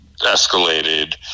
escalated